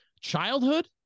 childhood